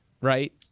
right